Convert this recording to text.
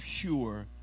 pure